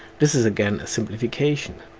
this is again a simplification.